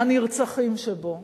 הנרצחים שבו.